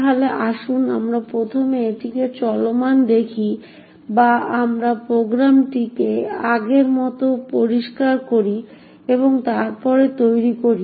তাহলে আসুন আমরা প্রথমে এটিকে চলমান দেখি বা আমরা প্রোগ্রামটিকে আগের মতো করে পরিষ্কার করি এবং তারপরে তৈরি করি